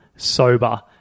sober